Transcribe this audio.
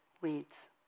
weeds